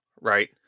right